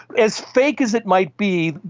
as fake as it might be,